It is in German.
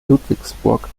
ludwigsburg